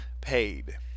paid